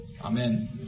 Amen